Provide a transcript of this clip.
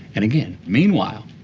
and again. meanwhile,